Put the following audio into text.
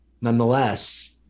nonetheless